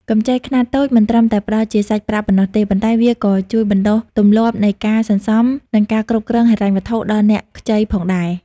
កម្ចីខ្នាតតូចមិនត្រឹមតែផ្ដល់ជាសាច់ប្រាក់ប៉ុណ្ណោះទេ ប៉ុន្តែវាក៏ជួយបណ្ដុះទម្លាប់នៃការសន្សំ និងការគ្រប់គ្រងហិរញ្ញវត្ថុដល់អ្នកខ្ចីផងដែរ។